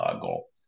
goal